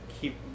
keep